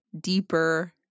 deeper